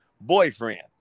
boyfriend